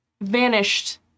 vanished